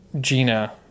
Gina